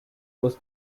was